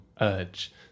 urge